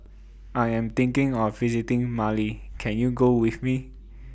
I Am thinking of visiting Mali Can YOU Go with Me